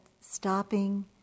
stopping